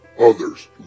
others